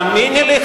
תאמיני לי,